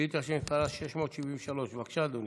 בבקשה, אדוני.